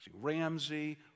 Ramsey